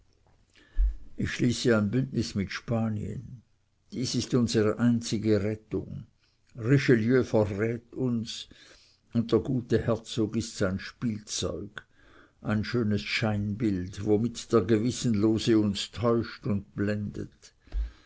ich schließe ein bündnis mit spanien dies ist unsere einzige rettung richelieu verrät uns und der gute herzog ist sein spielzeug ein schönes scheinbild womit der gewissenlose uns täuscht und blendet